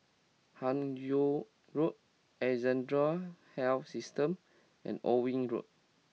Hun Yeang Road Alexandra Health System and Owen Road